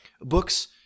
books